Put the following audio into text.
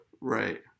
Right